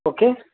okay